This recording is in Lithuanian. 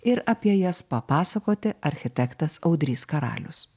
ir apie jas papasakoti architektas audrys karalius